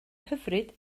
hyfryd